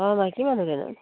অঁ মাইকী মানহে